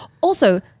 Also-